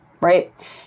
right